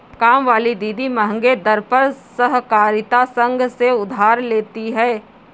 कामवाली दीदी महंगे दर पर सहकारिता संघ से उधार लेती है